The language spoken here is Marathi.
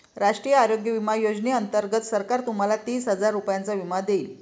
राष्ट्रीय आरोग्य विमा योजनेअंतर्गत सरकार तुम्हाला तीस हजार रुपयांचा विमा देईल